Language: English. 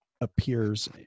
appears